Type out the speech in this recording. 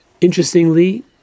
Interestingly